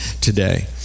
today